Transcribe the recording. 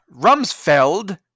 Rumsfeld